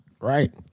Right